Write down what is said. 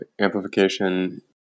amplification